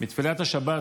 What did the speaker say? בתפילת השבת